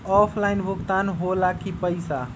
Offline भुगतान हो ला कि पईसा?